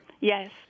Yes